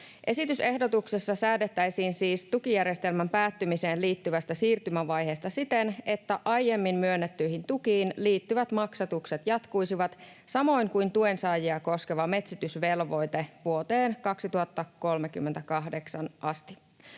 Esitysehdotuksessa säädettäisiin siis tukijärjestelmän päättymiseen liittyvästä siirtymävaiheesta siten, että aiemmin myönnettyihin tukiin liittyvät maksatukset jatkuisivat, samoin kuin tuensaajia koskeva metsitysvelvoite, vuoteen 2038 asti.